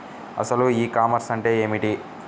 అసలు e commerce అంటే ఏమిటి?